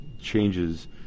changes